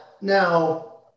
now